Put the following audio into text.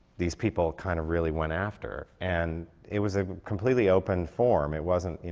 these people kind of really went after. and it was a completely open form. it wasn't, you